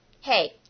Hey